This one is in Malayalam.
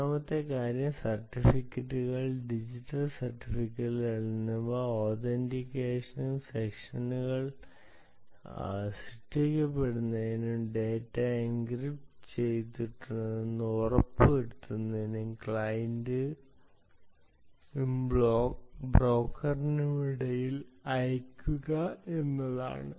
മൂന്നാമത്തെ കാര്യം സർട്ടിഫിക്കറ്റുകൾ ഡിജിറ്റൽ സർട്ടിഫിക്കറ്റുകൾ എന്നിവ ഓതെന്റികേഷനും സെഷനുകൾ സൃഷ്ടിക്കുന്നതിനും ഡാറ്റ എൻക്രിപ്റ്റ് ചെയ്തിട്ടുണ്ടെന്ന് ഉറപ്പുവരുത്തുന്നതിനും ക്ലയന്റിനും ബ്രോക്കറിനുമിടയിൽ അയയ്ക്കുക എന്നതാണ്